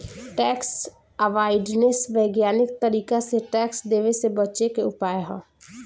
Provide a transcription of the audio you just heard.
tax avoidance वैज्ञानिक तरीका से टैक्स देवे से बचे के उपाय ह